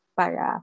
para